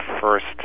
first